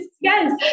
Yes